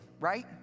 right